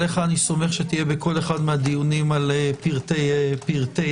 עליך אני סומך שתהיה בכל אחד מהדיונים על פרטי החוק.